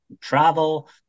travel